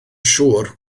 siŵr